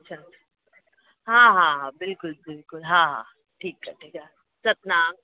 अच्छा हा हा हा बिल्कुलु बिल्कुलु हा हा ठीकु आहे ठीकु आहे सतनाम साखी